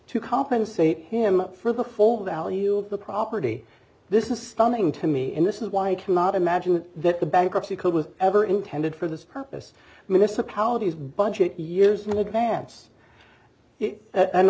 to compensate him for the full value of the property this is stunning to me and this is why i cannot imagine that the bankruptcy code was ever intended for this purpose municipalities budget years in advance and